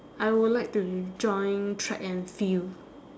I will like to join track and field